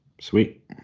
Sweet